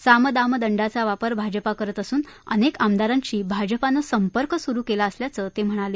साम दाम दंडाचा वापर भाजप करत असून अनेक आमदारांशी भाजपानं संपर्क सुरु केला असल्याचं ते म्हणाले